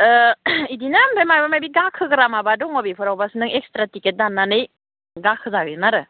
बिदिनो माबा माबि गाखोग्रा माबा दङ बेफोरावबासो नों एक्सट्रा टिकेट दाननानै गाखोजागोन आरो